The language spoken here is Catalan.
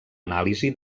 anàlisi